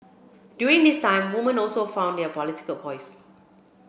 during this time women also found their political voice